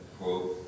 quote